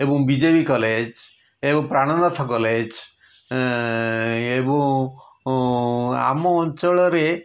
ଏବଂ B J B college ଏବଂ Prananath college ଏବଂ ଆମ ଅଞ୍ଚଳରେ